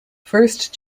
first